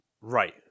right